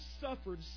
suffered